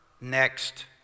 next